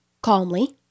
calmly